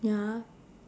ya